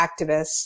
activists